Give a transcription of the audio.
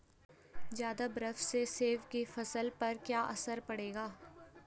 ज़्यादा बर्फ से सेब की फसल पर क्या असर पड़ेगा?